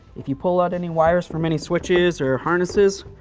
if you pull out any wires from any switches or harnesses,